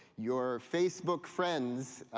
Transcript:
your facebook friends,